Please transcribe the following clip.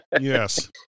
Yes